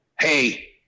hey